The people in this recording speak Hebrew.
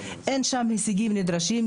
אין שם הישגים נדרשים,